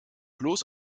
bloß